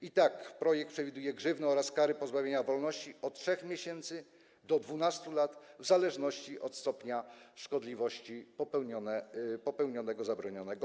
I tak projekt przewiduje grzywnę oraz kary pozbawienia wolności od 3 miesięcy do 12 lat w zależności od stopnia szkodliwości popełnionego czynu zabronionego.